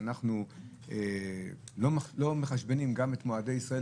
כשאנחנו לא מחשבנים גם את מועדי ישראל